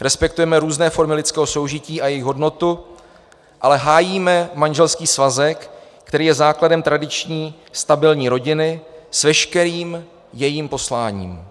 Respektujeme různé formy lidského soužití a jejich hodnotu, ale hájíme manželský svazek, který je základem tradiční stabilní rodiny s veškerým jejím posláním.